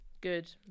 Good